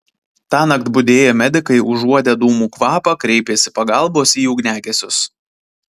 tąnakt budėję medikai užuodę dūmų kvapą kreipėsi pagalbos į ugniagesius